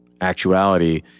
actuality